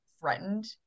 threatened